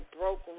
broke